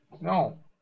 No